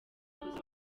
kuza